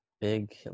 big